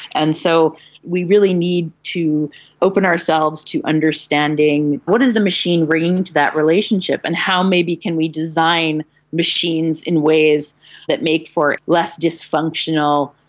and so we really need to open ourselves to understanding what is the machine bringing to that relationship and how maybe can we design machines in ways that make for less dysfunctional,